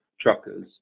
Truckers